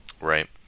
Right